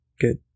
good